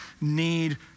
need